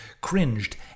cringed